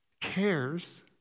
cares